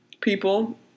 people